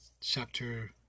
chapter